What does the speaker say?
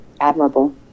admirable